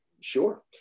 sure